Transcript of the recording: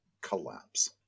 collapse